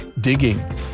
Digging